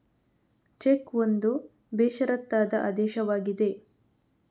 check ಒಂದು ಬೇಷರತ್ತಾದ ಆದೇಶವಾಗಿದೆ